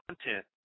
content